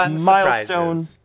milestone